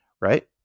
right